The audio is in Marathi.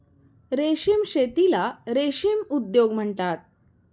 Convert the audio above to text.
रेशीम शेतीला रेशीम उद्योग म्हणतात